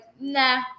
nah